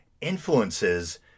influences